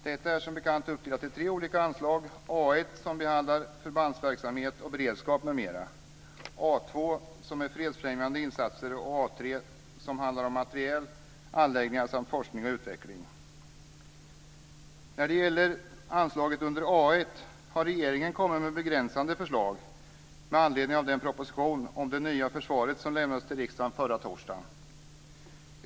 Detta är som bekant uppdelat i tre olika anslag, A1 som behandlar förbandsverksamhet och beredskap m.m., A2 som är fredsfrämjande insatser och A3 som handlar om materiel, anläggningar samt forskning och utveckling. När det gäller anslaget under A1 har regeringen kommit med begränsande förslag med anledning av den proposition om det nya försvaret som lämnades till riksdagen förra torsdagen.